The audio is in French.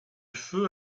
feu